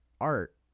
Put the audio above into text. art